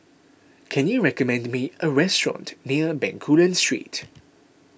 can you recommend me a restaurant near Bencoolen Street